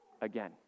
again